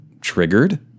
triggered